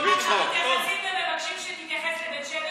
מבקשים שתתייחס לבית שמש,